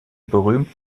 berühmt